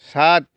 ସାତ